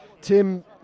Tim